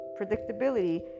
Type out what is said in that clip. predictability